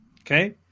okay